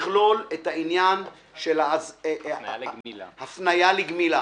לכלול את עניין ההפניה לגמילה.